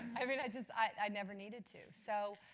i mean, i just i never needed to, so